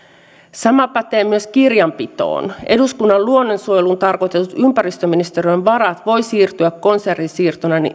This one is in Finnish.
sama pätee myös kirjanpitoon eduskunnan luonnonsuojeluun tarkoitetut ympäristöministeriön varat voivat siirtyä konsernisiirtona